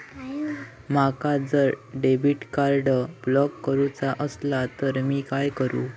माका जर debit card block करूचा असला तर मी काय करू?